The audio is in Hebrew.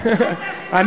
תתבייש לך.